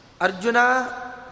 Arjuna